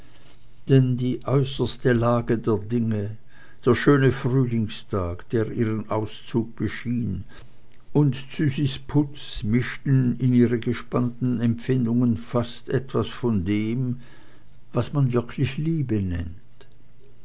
denn die äußerste lage der dinge der schöne frühlingstag der ihren auszug beschien und züsis putz mischten in ihre gespannten empfindungen fast etwas von dem was man wirklich liebe nennt